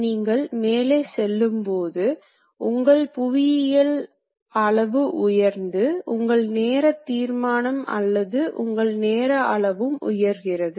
நீங்கள் ஒரு நல்ல மேற்பரப்பு பூச்சை விரும்பினால் மிக அதிகமான வெட்டு ஆழம் கொடுக்க முடியாது